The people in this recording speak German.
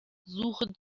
suche